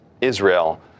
Israel